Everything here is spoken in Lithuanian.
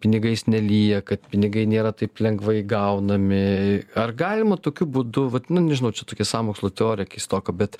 pinigais nelyja kad pinigai nėra taip lengvai gaunami ar galima tokiu būdu vat nu nežinau čia tokia sąmokslo teorija keistoka bet